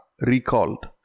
recalled